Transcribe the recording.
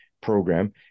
program